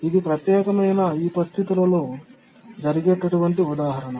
ఇది ప్రత్యేకమైన ఈ పరిస్థితులలో జరిగేటటువంటి ఉదాహరణ